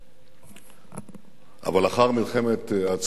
אבל לאחר מלחמת העצמאות,